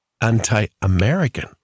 anti-American